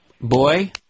Boy